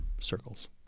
circles